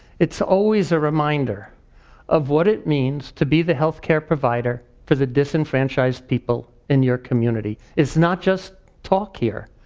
it's always a reminder of what it means to be the healthcare provider for the disenfranchised people in your community. it's not just talk here.